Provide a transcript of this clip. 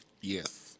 Yes